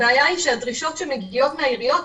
הבעיה היא שהדרישות שמגיעות מהעיריות,